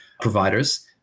providers